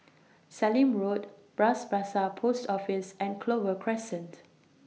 Sallim Road Bras Basah Post Office and Clover Crescent